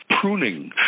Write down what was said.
pruning